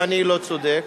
אם אני לא צודק.